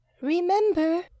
Remember